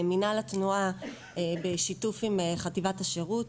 מינהל התנועה בשיתוף עם חטיבת השירות,